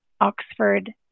Oxford